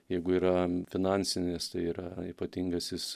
jeigu yra finansinis tai yra ypatingasis